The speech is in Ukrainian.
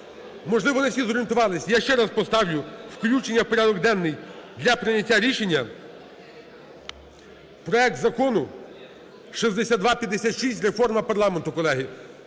Можливо, не всі зорієнтувались, я ще раз поставлю включення у порядок денний для прийняття рішення проект Закону 6256, реформа парламенту, колеги.